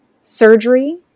surgery